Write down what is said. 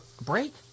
Break